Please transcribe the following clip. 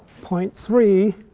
point three